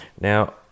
Now